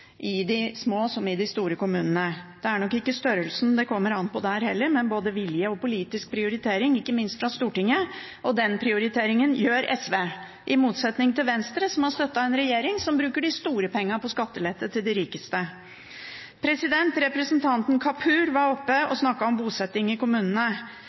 i de små enn i de store kommunene. Det er nok ikke størrelsen det kommer an på der heller, men både vilje og politisk prioritering, ikke minst fra Stortinget. Den prioriteringen gjør SV, i motsetning til Venstre, som har støttet en regjering som bruker de store pengene på skattelette til de rikeste. Representanten Kapur var oppe og snakket om bosetting i kommunene.